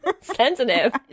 sensitive